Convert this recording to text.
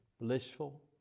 blissful